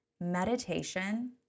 Meditation